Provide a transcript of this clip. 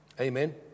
Amen